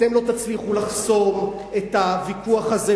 אתם לא תצליחו לחסום את הוויכוח הזה,